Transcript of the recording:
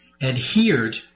adhered